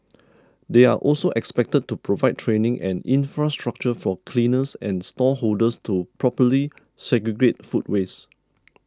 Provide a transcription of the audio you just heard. they are also expected to provide training and infrastructure for cleaners and stall holders to properly segregate food waste